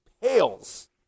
pales